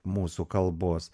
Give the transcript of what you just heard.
mūsų kalbos